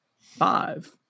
five